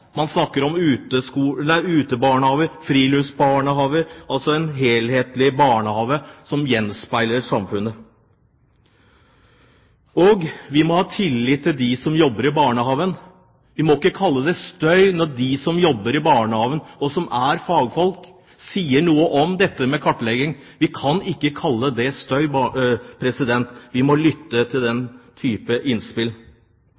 man om dans, om utebarnehager, friluftsbarnehager, og man snakker altså om en helhetlig barnehage som gjenspeiler samfunnet. Vi må ha tillit til dem som jobber i barnehagen. Vi må ikke kalle det støy når de som jobber i barnehagen, og som er fagfolk, sier noe om dette med kartlegging. Vi kan ikke kalle det støy. Vi må lytte til